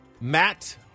Matt